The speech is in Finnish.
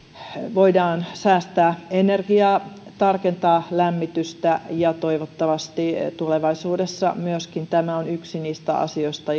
voidaan säästää energiaa tarkentaa lämmitystä toivottavasti tulevaisuudessa myöskin tämä on yksi niistä asioista